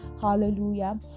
hallelujah